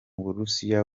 burusiya